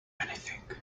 anything